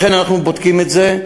לכן אנחנו בודקים את זה.